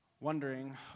wondering